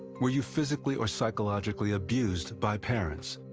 were you physically or psychologically abused by parents?